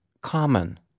common